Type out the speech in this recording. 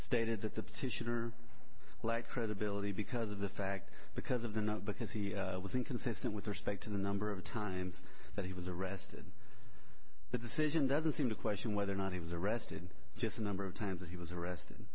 that the petitioner like credibility because of the fact because of the no because he was inconsistent with respect to the number of times that he was arrested the decision doesn't seem to question whether or not he was arrested just a number of times that he was arrested